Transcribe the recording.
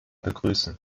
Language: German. begrüßen